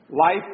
Life